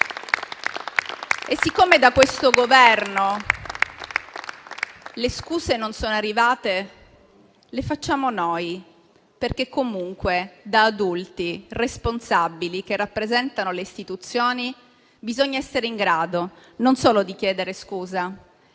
Siccome da questo Governo le scuse non sono arrivate, le facciamo noi. Comunque, da adulti responsabili che rappresentano le istituzioni, bisogna essere in grado non solo di chiedere scusa,